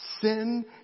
Sin